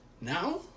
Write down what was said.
now